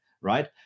right